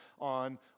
on